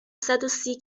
صدوسی